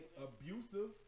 Abusive